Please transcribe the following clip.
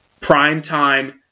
primetime